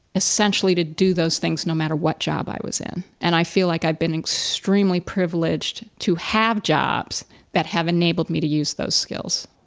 essentially to do those things no matter what job i was in. and i feel like i've been extremely privileged to have jobs that have enabled me to use those skills.